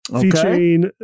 featuring